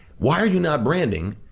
why are you not branding?